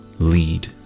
lead